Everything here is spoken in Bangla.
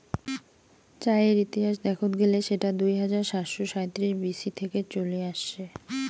চায়ের ইতিহাস দেখত গেলে সেটা দুই হাজার সাতশ সাঁইত্রিশ বি.সি থেকে চলি আসছে